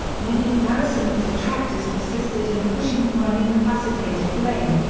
many of harrison's detractors persisted in pushing for an incapacitated blaine,